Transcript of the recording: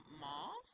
mall